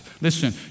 Listen